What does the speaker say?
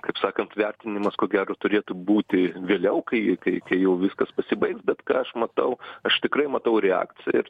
kaip sakant vertinimas ko gero turėtų būti vėliau kai kai jau viskas pasibaigs bet ką aš matau aš tikrai matau reakciją ir